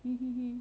mmhmm